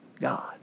God